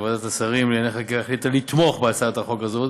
ועדת השרים לענייני חקיקה החליטה לתמוך בהצעת החוק הזאת